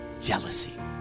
jealousy